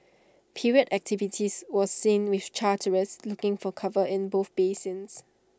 period activities was seen with charterers looking for cover in both basins